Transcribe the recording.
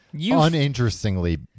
uninterestingly